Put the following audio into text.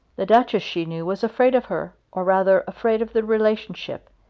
the duchess, she knew, was afraid of her or rather afraid of the relationship,